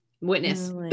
Witness